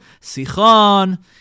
Sichon